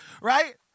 right